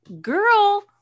girl